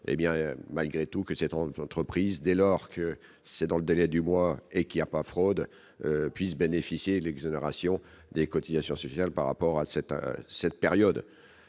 malgré tout, que ces 30 entreprises dès lors que c'est dans le délai du mois et qu'a pas fraude puisse bénéficier de l'exonération des cotisations suffisent par rapport à cette, à cette